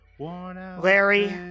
larry